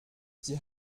sie